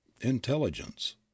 intelligence